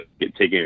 taking